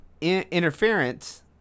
interference